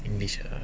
english lah